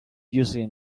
usually